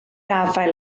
afael